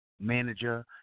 manager